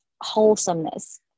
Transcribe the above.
wholesomeness